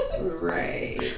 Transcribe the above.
Right